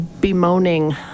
bemoaning